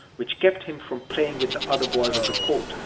which kept him from playing with the other boys of the court,